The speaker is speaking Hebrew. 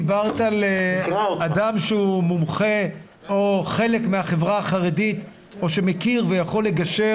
דיברת על אדם שהוא מומחה או חלק מהחברה החרדית או שמכיר ויכול לגשר